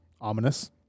Ominous